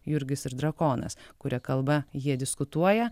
jurgis ir drakonas kuria kalba jie diskutuoja